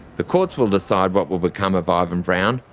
the courts will decide what will become of ah ivan brown,